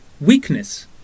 weakness